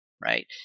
right